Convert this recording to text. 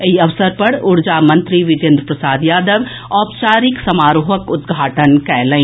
एहि अवसर पर ऊर्जा मंत्री विजेन्द्र प्रसाद यादव औपचारिक समारोहक उद्घाटन कएलनि